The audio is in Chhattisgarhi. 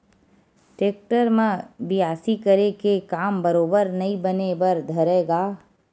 टेक्टर म बियासी करे के काम बरोबर नइ बने बर धरय गा